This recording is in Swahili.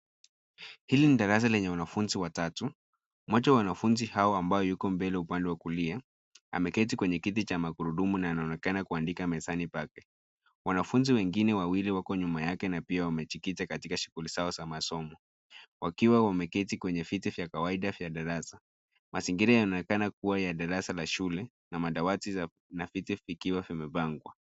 Hili ni darasa lenye wanafunzi watatu. Mmoja wa wanafunzi hao ambao yuko mbele upande wa kulia, ameketi kwenye kiti cha magurudumu na yanaonekana kuandika mezani pake. Wanafunzi wengine wawili wako nyuma yake na pia wamejikita katika shughuli zao za masomo. Wakiwa wameketi kwenye viti vya kawaida vya darasa. Mazingira yanaonekana kuwa ya darasa la shule, na madawati na viti vikiwa vimepangwa.